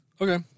Okay